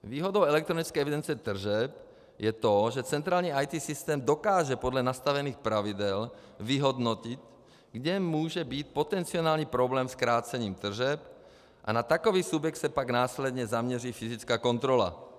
Výhodou elektronické evidence tržeb je to, že centrální IT systém dokáže podle nastavených pravidel vyhodnotit, kde může být potenciální problém s krácením tržeb, a na takový subjekt se pak následně zaměří fyzická kontrola.